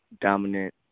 dominant